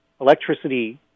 electricity